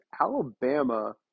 Alabama